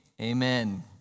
amen